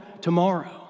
tomorrow